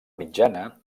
mitjana